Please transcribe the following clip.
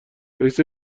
رییس